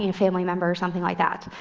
and family member or something like that.